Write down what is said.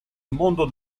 mondo